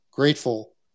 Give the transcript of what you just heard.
grateful